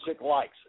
likes